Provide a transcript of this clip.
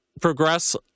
progress